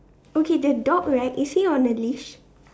okay the dog right is he on a leash